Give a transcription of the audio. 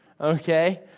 okay